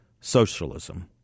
socialism